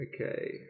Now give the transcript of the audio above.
Okay